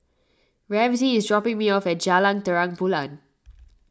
Ramsey is dropping me off at Jalan Terang Bulan